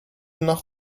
nach